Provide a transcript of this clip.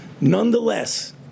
nonetheless